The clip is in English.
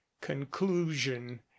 conclusion